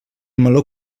meló